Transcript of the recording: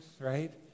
right